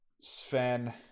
Sven